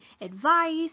advice